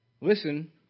listen